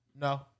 No